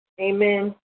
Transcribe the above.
Amen